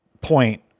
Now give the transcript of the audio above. point